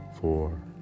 Four